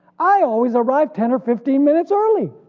i always arrive ten or fifteen minutes early.